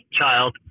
child